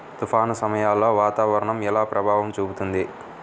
తుఫాను సమయాలలో వాతావరణం ఎలా ప్రభావం చూపుతుంది?